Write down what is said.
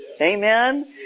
amen